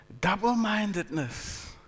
double-mindedness